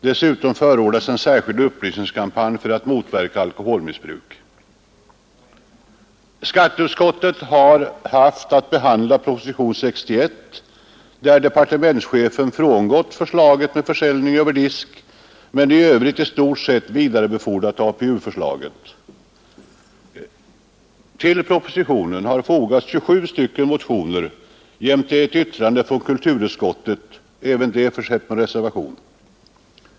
Dessutom förordades en särskild upplysningskampanj för att motverka alkoholmissbruk. Skatteutskottet har haft att behandla propositionen 61, där departementschefen frångått förslaget med försäljning över disk men i övrigt i stort sett vidarebefordrat APU-förslaget. Till propositionen har fogats 27 motioner jämte ett yttrande från kulturutskottet, även det försett med en reservation.